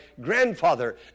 grandfather